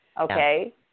okay